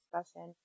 discussion